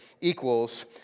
equals